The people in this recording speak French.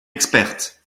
experte